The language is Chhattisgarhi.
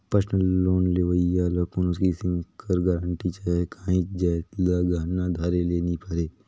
परसनल लोन लेहोइया ल कोनोच किसिम कर गरंटी चहे काहींच जाएत ल गहना धरे ले नी परे